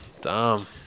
dumb